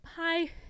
hi